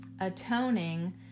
Atoning